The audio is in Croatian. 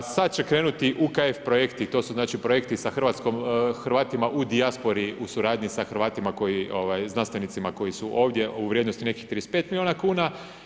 Sada će krenuti UKF projekti, to su znači projekti sa Hrvatima u dijaspori u suradnji sa Hrvatima koji, znanstvenicima koji su ovdje u vrijednosti nekih 35 milijuna kuna.